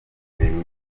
liberia